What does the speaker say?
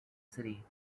city